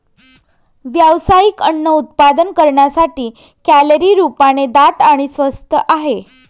व्यावसायिक अन्न उत्पादन करण्यासाठी, कॅलरी रूपाने दाट आणि स्वस्त आहे